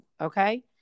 Okay